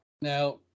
Now